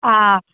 हा